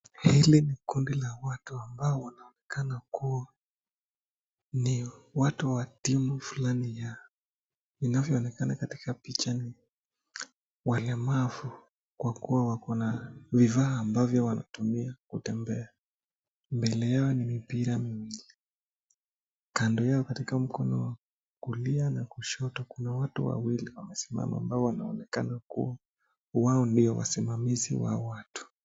Hili ni kundi la watu ambao wanaonekana kuwa ndio watu wa timu fulani yao. Inavyoonekana katika picha hii walemavu kwa kuwa wako na vifaa ambavyo wanatumia kutembea. Mbele yao ni mipira miwili, kando yao katika mkono wa kulia na kushoto kuna watu wawili wamesimama ambao wanaonekana kuwa wao ndio wasimamizi wa hawa watu.